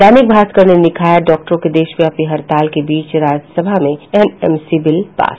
दैनिक भास्कर ने लिखा है डॉक्टरों के देशव्यापी हड़ताल के बीच राजसभा में एनएमसी बिल पास